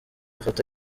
afata